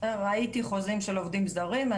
ראיתי חוזים של עובדים זרים.